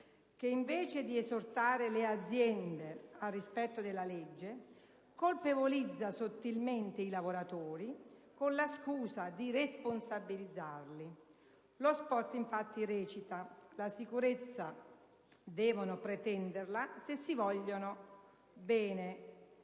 che, invece di esortare le aziende al rispetto della legge, colpevolizza sottilmente i lavoratori con la scusa di responsabilizzarli. Lo *spot* infatti recita: la sicurezza devono pretenderla se si vogliono bene.